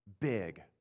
big